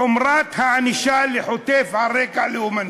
חומרת הענישה לחוטף על רקע לאומני,